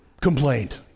complained